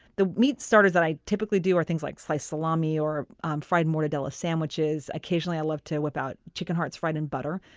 the meat starters that i typically do are things like sliced salami or um fried mortadella sandwiches. occasionally, i love to whip out chicken hearts fried in butter.